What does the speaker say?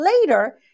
later